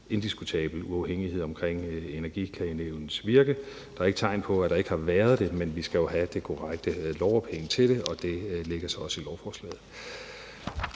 indiskutabelt er uafhængighed omkring Energiklagenævnets virke. Der er ikke tegn på, at der ikke har været det, men vi skal jo have det korrekte lovophæng til det, og det ligger også i lovforslaget.